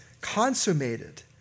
consummated